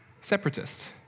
Separatist